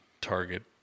target